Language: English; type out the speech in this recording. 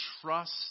Trust